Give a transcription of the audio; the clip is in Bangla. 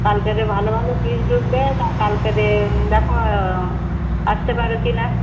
কালকেদের ভালো ভালো পিস ঢুকবে তা কালকেরে দেখো আসতে পারেো কি না